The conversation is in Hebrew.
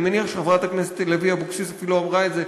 אני מניח שחברת הכנסת לוי אבקסיס אפילו אמרה את זה,